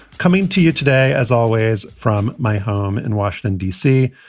coming to you today, as always from my home in washington, d c.